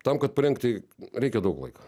tam kad parengti reikia daug laiko